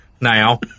now